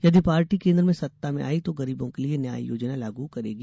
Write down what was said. यदि पार्टी केन्द्र में सत्ता में आई तो गरीबो के लिए न्याय योजना लागू करेंगी